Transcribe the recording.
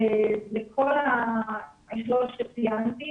לכל --- שציינתי.